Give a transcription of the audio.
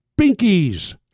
binkies